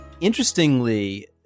interestingly